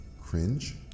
Cringe